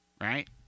right